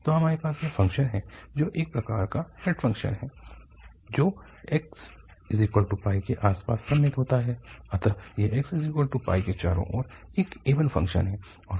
तो हमारे पास यह फ़ंक्शन है जो एक प्रकार का हेड फ़ंक्शन है जो x के आसपास सममित होता है अतः यहx के चारों ओर एक इवन फ़ंक्शन है